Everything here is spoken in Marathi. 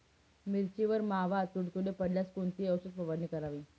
मिरचीवर मावा, तुडतुडे पडल्यास कोणती औषध फवारणी करावी?